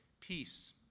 peace